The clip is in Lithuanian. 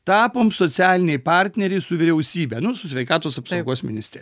tapom socialiniai partneriai su vyriausybe nu su sveikatos apsaugos ministe